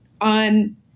on